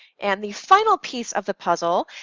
and the final piece of the puzzle,